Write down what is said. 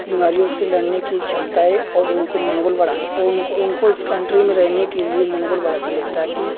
बीमारियों से लड़ने कि क्षमताएँ और उनको मनोबल बढ़ान और उनको और उनको इस कंट्री में रहने के लिए मनोबल बढ़ाती रहे ताकी